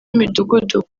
b’imidugudu